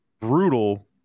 brutal